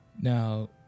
now